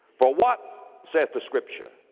for what saith the scripture?